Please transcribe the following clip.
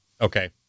Okay